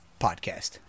podcast